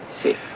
safe